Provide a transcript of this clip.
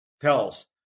tells